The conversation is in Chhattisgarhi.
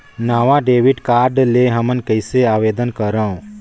नवा डेबिट कार्ड ले हमन कइसे आवेदन करंव?